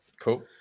Cool